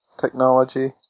technology